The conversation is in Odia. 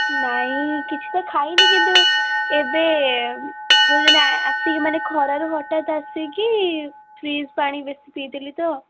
ନାଇଁ କିଛି ତ ଖାଇନି କିନ୍ତୁ ଏବେ ଯେଉଁ ଦିନ ଆସି କି ମାନେ ଖରାରୁ ହଠାତ୍ ଆସି କି ଫ୍ରିଜ ପାଣି ବେଶୀ ପିଇଦେଲି ତ